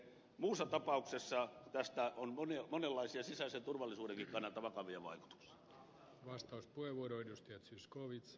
muussa tapauksessa tästä on monenlaisia sisäisen turvallisuudenkin kannalta vakavia vaikutuksia